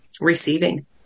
receiving